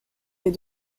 mais